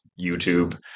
YouTube